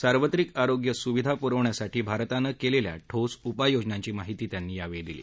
सार्वत्रिक आरोग्य सुविधा पुरवण्यासाठी भारतानं केलेल्या ठोस उपाययोजनांची माहिती त्यांनी यावेळी दिली